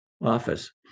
office